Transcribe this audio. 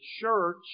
church